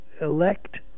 elect